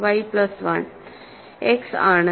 y plus 1 x ആണ്